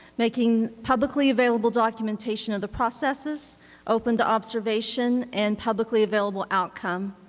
making publicly available documentation of the processes open to observation and publicly available outcome.